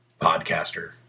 podcaster